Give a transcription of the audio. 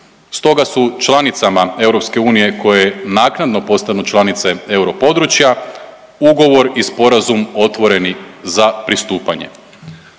Stoga su članicama EU koje naknadno postanu članice europodručja ugovor i sporazum otvoreni za pristupanje.